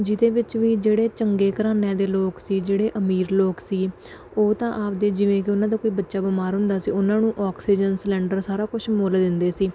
ਜਿਹਦੇ ਵਿੱਚ ਵੀ ਜਿਹੜੇ ਚੰਗੇ ਘਰਾਣਿਆਂ ਦੇ ਲੋਕ ਸੀ ਜਿਹੜੇ ਅਮੀਰ ਲੋਕ ਸੀ ਉਹ ਤਾਂ ਆਪਦੇ ਜਿਵੇਂ ਕਿ ਉਹਨਾਂ ਦਾ ਕੋਈ ਬੱਚਾ ਬਿਮਾਰ ਹੁੰਦਾ ਸੀ ਉਹਨਾਂ ਨੂੰ ਔਕਸੀਜਨ ਸਿਲੰਡਰ ਸਾਰਾ ਕੁਝ ਮੁੱਲ ਦਿੰਦੇ ਸੀ